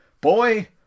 Boy